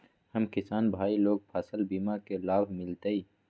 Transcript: हम किसान भाई लोग फसल बीमा के लाभ मिलतई?